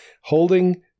holding